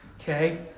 Okay